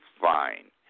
fine